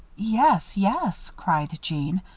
yes, yes, cried jeanne.